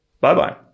Bye-bye